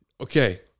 okay